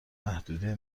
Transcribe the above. محدوده